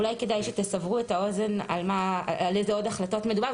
ואולי כדאי שתסברו את האוזן על איזה עוד החלטות מדובר,